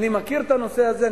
אני מכיר את הנושא הזה,